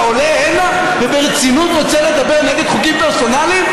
אתה עולה הנה וברצינות רוצה לדבר נגד חוקים פרסונליים?